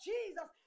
Jesus